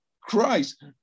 Christ